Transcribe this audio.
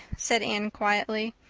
said anne quietly,